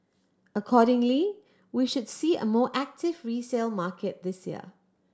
accordingly we should see a more active resale market this year